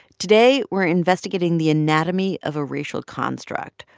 today, we're investigating the anatomy of a racial construct,